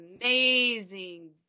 Amazing